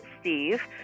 Steve